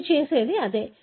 మీరు చేసేది అదే